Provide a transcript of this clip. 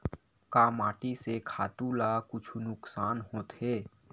का माटी से खातु ला कुछु नुकसान होथे?